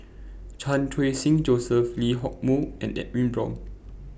Chan Khun Sing Joseph Lee Hock Moh and Edwin Brown